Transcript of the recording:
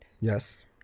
Yes